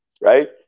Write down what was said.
right